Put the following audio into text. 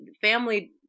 family